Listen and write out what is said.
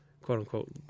quote-unquote